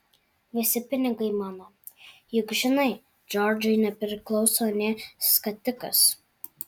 visi pinigai mano juk žinai džordžui nepriklauso nė skatikas